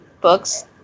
books